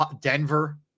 Denver